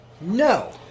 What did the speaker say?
No